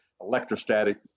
electrostatic